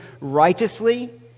righteously